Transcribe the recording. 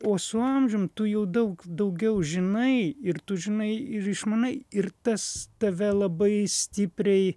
o su amžium tu jau daug daugiau žinai ir tu žinai ir išmanai ir tas tave labai stipriai